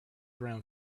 around